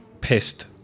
pissed